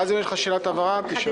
ואז אם יש לך שאלת הבהרה, תשאל.